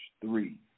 three